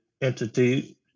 entity